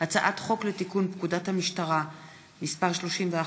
הצעת חוק לתיקון פקודת המשטרה (מס' 31),